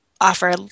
offer